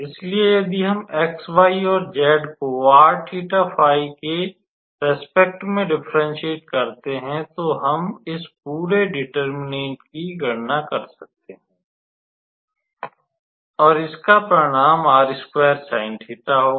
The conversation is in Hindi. इसलिए यदि हम x y और z को r 𝜃 𝜑 के प्रति डिफरेंसियेट करते हैं तो हम इस पूरे डेटेर्मिनांट की गणना कर सकते हैं और इसका परिणाम होगा